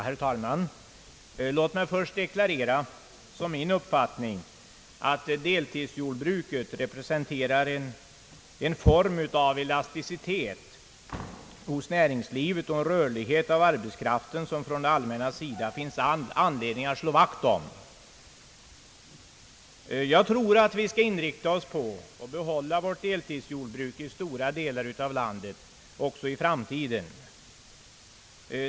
Herr talman! Låt mig först deklarera som min uppfattning att deltidsjordbruket representerar en form av elasticitet hos näringslivet och en rörlighet av arbetskraften som det ur det allmännas synpunkt finnes all anledning att slå vakt om. Jag anser att vi bör inrikta oss på att behålla deltidsjordbruket i stora delar av vårt land också i framtiden.